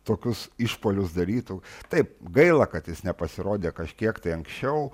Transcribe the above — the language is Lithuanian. tokius išpuolius darytų taip gaila kad jis nepasirodė kažkiek tai anksčiau